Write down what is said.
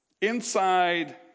inside